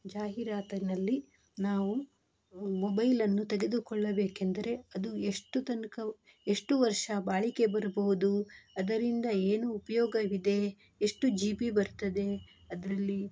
ಜಾಹೀರಾತಿನಲ್ಲಿ ನಾವು ಮೊಬೈಲನ್ನು ತೆಗೆದುಕೊಳ್ಳಬೇಕೆಂದರೆ ಅದು ಎಷ್ಟು ತನಕ ಎಷ್ಟು ವರ್ಷ ಬಾಳಿಕೆ ಬರ್ಬೋದು ಅದರಿಂದ ಏನು ಉಪಯೋಗವಿದೆ ಎಷ್ಟು ಜಿ ಬಿ ಬರ್ತದೆ ಅದರಲ್ಲಿ